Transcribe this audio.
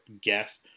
guess